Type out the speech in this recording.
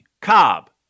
Cobb